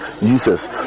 uses